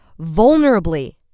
vulnerably